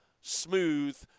smooth